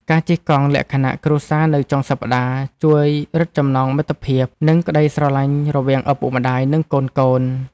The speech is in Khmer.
ការជិះកង់លក្ខណៈគ្រួសារនៅចុងសប្ដាហ៍ ជួយរឹតចំណងមិត្តភាព និងក្ដីស្រឡាញ់រវាងឪពុកម្ដាយ និងកូនៗ។